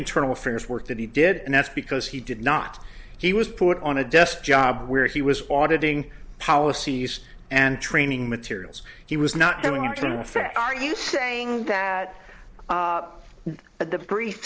internal affairs work that he did and that's because he did not he was put on a desk job where he was auditing policies and training materials he was not going to affect are you saying that the br